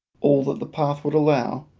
all that the path would allow,